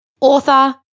author